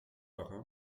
marin